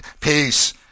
Peace